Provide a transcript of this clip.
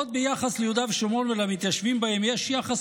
בעוד ביחס ליהודה ושומרון ולמתיישבים בהם יש יחס